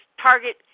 Target